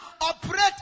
operate